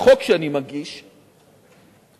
החוק שאני מגיש מציע,